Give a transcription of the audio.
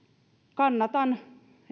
kannatan